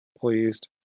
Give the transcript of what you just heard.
pleased